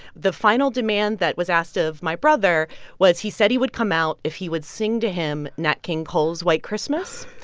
the final demand that was asked of my brother was he said he would come out if he would sing to him nat king cole's white christmas,